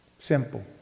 Simple